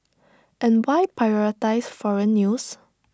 and why prioritise foreign news